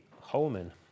Holman